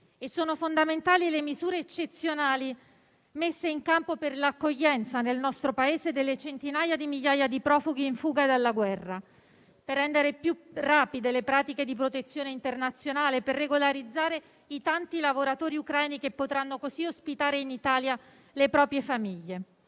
Sono fondamentali le misure eccezionali messe in campo per l'accoglienza nel nostro Paese delle centinaia di migliaia di profughi in fuga dalla guerra, al fine di rendere più rapide le pratiche di protezione internazionale e regolarizzare i tanti lavoratori ucraini che potranno così ospitare in Italia le proprie famiglie.